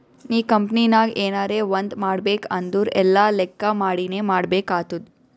ನೀ ಕಂಪನಿನಾಗ್ ಎನರೇ ಒಂದ್ ಮಾಡ್ಬೇಕ್ ಅಂದುರ್ ಎಲ್ಲಾ ಲೆಕ್ಕಾ ಮಾಡಿನೇ ಮಾಡ್ಬೇಕ್ ಆತ್ತುದ್